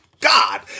God